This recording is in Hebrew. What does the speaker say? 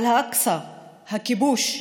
על אל-אקצא, הכיבוש,